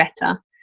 better